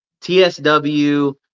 TSW